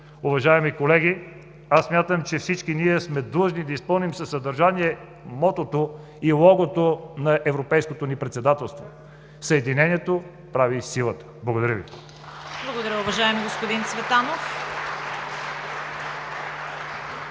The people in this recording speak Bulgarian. Уважаеми колеги, аз смятам, че всички ние сме длъжни да изпълним със съдържание мотото и логото на европейското ни Председателство: „Съединението прави силата“! Благодаря Ви. (Ръкопляскания от